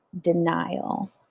denial